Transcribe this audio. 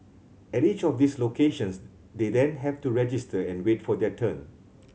at each of these locations they then have to register and wait for their turn